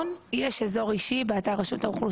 כמה נכנסים לאזור האישי הזה,